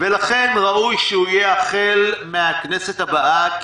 ולכן ראוי שהוא יהיה החל מהכסת הבאה,